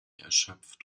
erschöpft